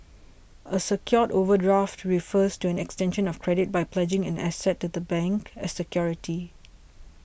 a secured overdraft refers to an extension of credit by pledging an asset to the bank as security